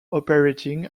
operating